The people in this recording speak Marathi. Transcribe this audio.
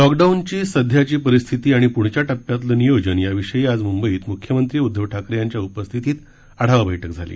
लॉकडाऊनची सध्याची परिस्थिती आणि पुढच्या टप्प्यातीलं नियोजन याविषयी आज मुंबईत मुख्यमंत्री उद्दव ठाकरे यांच्या उपस्थितीत आढावा बैठक झाली